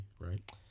right